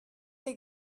les